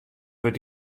wurdt